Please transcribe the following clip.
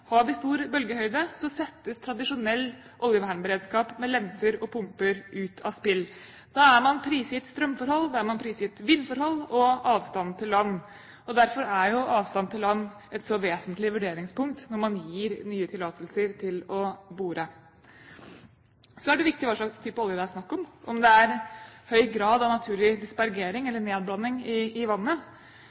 har vi stor bølgehøyde, settes tradisjonell oljevernberedskap med lenser og pumper ut av spill. Da er man prisgitt strømforhold, da er man prisgitt vindforhold og avstanden til land. Derfor er avstand til land et så vesentlig vurderingspunkt når man gir nye tillatelser til å bore. Så er det viktig hva slags type olje det er snakk om – om det er høy grad av naturlig dispergering, eller nedblanding i vannet.